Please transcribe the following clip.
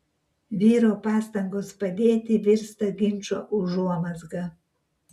vyro pastangos padėti virsta ginčo užuomazga